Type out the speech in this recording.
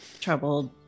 troubled